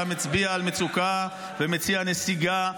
אתה מצביע על מצוקה ומציע נסיגה,